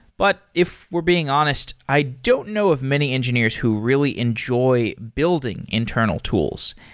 but if we're being honest, i don't know of many engineers who really enjoy building internal tools.